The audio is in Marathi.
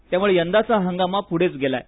त्यामुळे यंदाचा हंगाम हा पुढेच गेला आहे